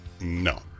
No